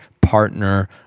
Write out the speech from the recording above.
partner